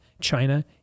China